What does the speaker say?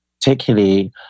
Particularly